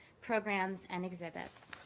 programs, and exhibits.